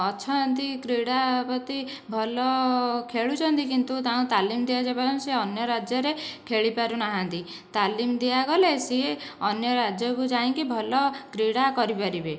ଅଛନ୍ତି କ୍ରୀଡ଼ା ପ୍ରତି ଭଲ ଖେଳୁଛନ୍ତି କିନ୍ତୁ ତାଙ୍କୁ ତାଲିମ୍ ଦିଆଯାଇ ପାରୁନାହିଁ ସେ ଅନ୍ୟ ରାଜ୍ୟରେ ଖେଳି ପାରୁନାହାଁନ୍ତି ତାଲିମ ଦିଆଗଲେ ସିଏ ଅନ୍ୟ ରାଜ୍ୟକୁ ଯାଇକି ଭଲ କ୍ରୀଡ଼ା କରିପାରିବେ